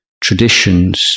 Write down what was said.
traditions